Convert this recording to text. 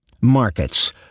Markets